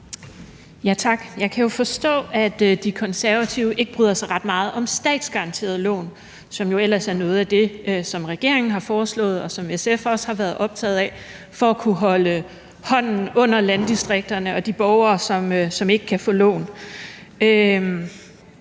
Jeg kan jo forstå, at De Konservative ikke bryder sig ret meget om statsgaranterede lån, som jo ellers er noget af det, som regeringen har foreslået, og som SF også har været optaget af, for at kunne holde hånden under landdistrikterne og de borgere, som ikke kan få lån.